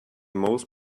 most